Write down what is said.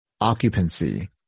occupancy